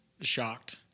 shocked